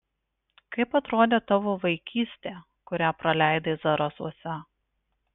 kaip atrodė tavo vaikystė kurią praleidai zarasuose